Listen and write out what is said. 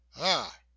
Ah